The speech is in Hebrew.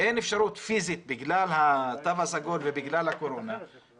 אין אפשרות פיסית בגלל התו הסגול ובגלל הקורונה,